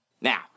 Now